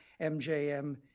MJM